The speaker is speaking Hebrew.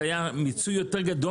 היה מיצוי יותר גדול?